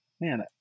Man